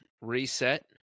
reset